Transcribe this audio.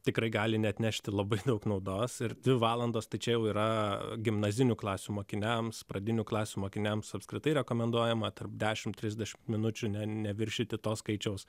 tikrai gali neatnešti labai daug naudos ir dvi valandos tačiau yra gimnazistų klasių mokiniams pradinių klasių mokiniams apskritai rekomenduojama tarp dešim trisdešim minučių ne neviršyti to skaičiaus